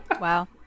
Wow